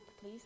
please